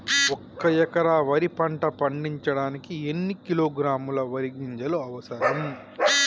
ఒక్క ఎకరా వరి పంట పండించడానికి ఎన్ని కిలోగ్రాముల వరి గింజలు అవసరం?